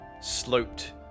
sloped